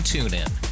TuneIn